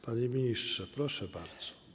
Panie ministrze, proszę bardzo.